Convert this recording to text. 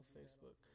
Facebook